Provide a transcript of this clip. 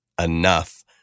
enough